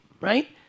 right